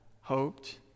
hoped